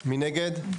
2 נגד,